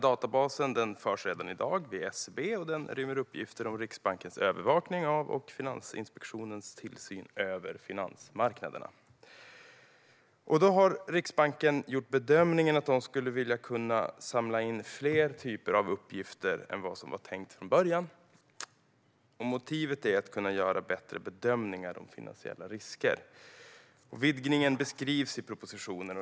Databasen förs i dag hos SCB, och den rymmer uppgifter om Riksbankens övervakning av och Finansinspektionens tillsyn över finansmarknaderna. Riksbanken har gjort bedömningen att den skulle vilja kunna samla in fler slags uppgifter än vad som var tänkt från början. Motivet är att kunna göra bättre bedömningar av finansiella risker. Vidgningen beskrivs i propositionen.